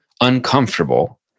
uncomfortable